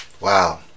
Wow